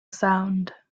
sound